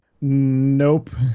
Nope